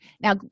Now